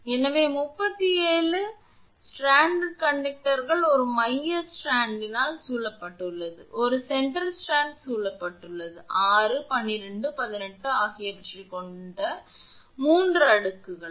எனவே 37 ஸ்ட்ராண்டட் கண்டக்டர்கள் ஒரு மைய ஸ்ட்ராண்டால் சூழப்பட்டுள்ளது ஒரு சென்டர் ஸ்ட்ராண்ட் சூழப்பட்டுள்ளது 6 12 மற்றும் 18 ஆகியவற்றைக் கொண்ட 3 அடுக்குகளால்